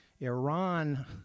Iran